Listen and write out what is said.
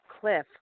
Cliff